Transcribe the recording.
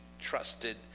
trusted